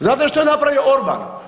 Znate što je napravio Orban?